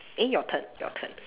eh your turn your turn